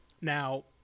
Now